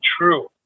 true